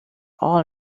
all